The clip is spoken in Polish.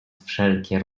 wszelkie